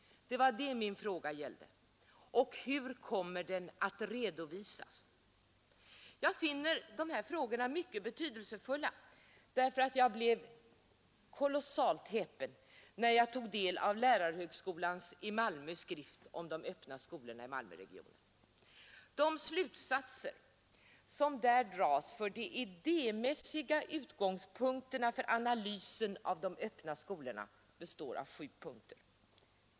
Det var det min fråga gällde. Och hur kommer den att redovisas? Jag finner dessa frågor mycket betydelsefulla, därför att jag blev kolossalt häpen, när jag tog del av lärarhögskolans i Malmö skrift om de öppna skolorna i Malmöregionen. De slutsatser som där dras för de idémässiga utgångspunkterna för analysen av de öppna skolorna består av sju punkter.